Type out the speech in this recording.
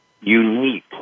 unique